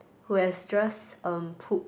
who has just um poop